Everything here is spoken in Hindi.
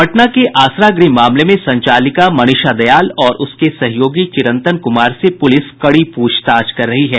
पटना के आसरा गृह मामले में संचालिका मनीषा दयाल और उसके सहयोगी चिरंतन कुमार से पुलिस कड़ी पूछताछ कर रही है